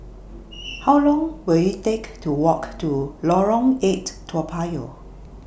How Long Will IT Take to Walk to Lorong eight Toa Payoh